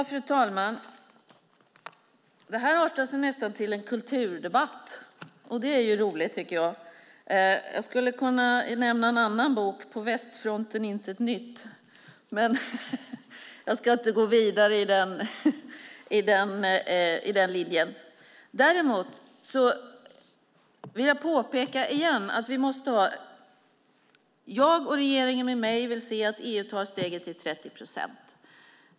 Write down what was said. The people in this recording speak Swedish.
Fru talman! Det här artar sig nästan till en kulturdebatt. Det är roligt, tycker jag. Jag skulle kunna nämna en annan bok: På västfronten intet nytt . Men jag ska inte gå vidare på den linjen. Däremot vill jag påpeka igen att jag, och regeringen med mig, vill se att EU tar steget till 30 procent.